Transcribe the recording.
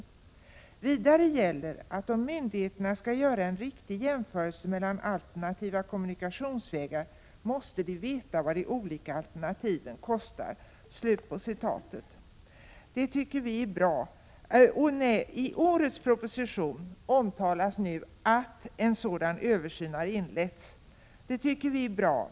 Vidare gäller att om myndigheterna skall göra en riktig jämförelse mellan alternativa kommunikationsvägar måste de veta vad de olika alternativen kostar.” I årets proposition omtalas nu att en sådan översyn har inletts. Det tycker vi är bra.